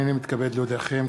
הנני מתכבד להודיעכם,